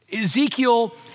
Ezekiel